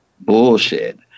bullshit